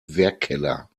werkkeller